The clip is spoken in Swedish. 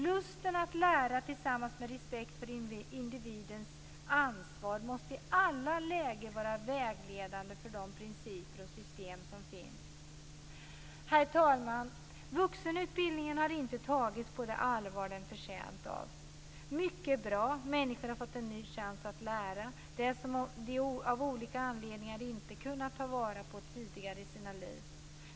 Lusten att lära tillsammans med respekt för individens ansvar måste i alla lägen vara vägledande för de principer och system som finns. Herr talman! Vuxenutbildningen har inte tagits på det allvar den är förtjänt av. Mycket är bra, människor har fått en ny chans att lära det som de av olika anledningar inte har kunnat ta vara på tidigare i sina liv.